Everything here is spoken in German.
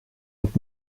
und